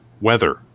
weather